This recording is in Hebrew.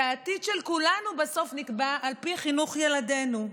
כי העתיד של כולנו בסוף נקבע על פי חינוך ילדינו.